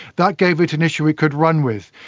that gave it an issue it could run with.